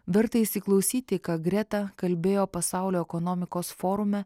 verta įsiklausyti ką greta kalbėjo pasaulio ekonomikos forume